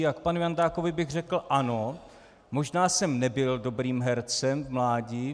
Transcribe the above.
A k panu Jandákovi bych řekl ano, možná jsem nebyl dobrým hercem v mládí.